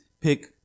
pick